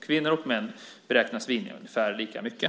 Kvinnor och män beräknas vinna ungefär lika mycket.